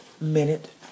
Minute